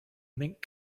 mink